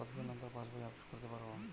কতদিন অন্তর পাশবই আপডেট করতে পারব?